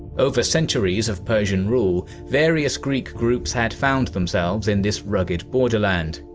over centuries of persian rule, various greek groups had found themselves in this rugged borderland.